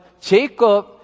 Jacob